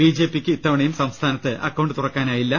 B ജെ പിക്ക് ഇത്തവണയും സംസ്ഥാനത്ത് അക്കൌണ്ട് തുറക്കാനായില്ല